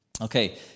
Okay